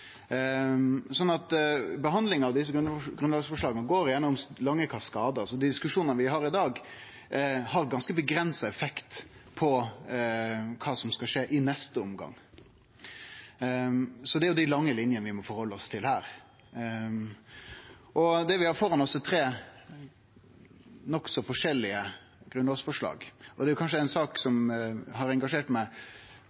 Behandlinga av desse grunnlovsforslaga går gjennom lange kaskadar, så dei diskusjonane vi har i dag, har ganske avgrensa effekt på kva som skal skje i neste omgang. Det er dei lange linjene vi må halde oss til her. Det vi har framfor oss, er tre nokså forskjellige grunnlovsforslag. Det er den saka som kanskje